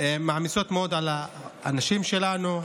מעמיסות מאוד על האנשים שלנו,